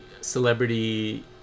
celebrity